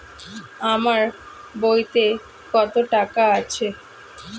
আমার বইতে কত টাকা আছে?